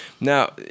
Now